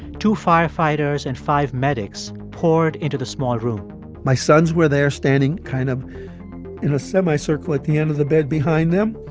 two firefighters and five medics poured into the small room my sons were there standing kind of in a semicircle at the end of the bed behind them,